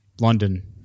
London